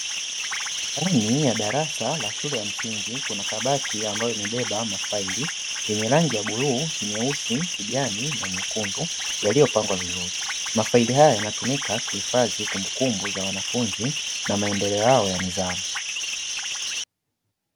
Ndani ya darasa la shuke ya msingi kuna kabati ambayo imebeba mafaili yenye rangi ya bluu, nyeusi, kijani na nyekundu yaliyopangwa vizuri. Mafaili haya yanatumika kuhifadhi kumbukumbu za wanafunzi na maendeleo yao ya nidhamu.